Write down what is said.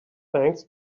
thanks